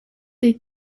des